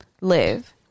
live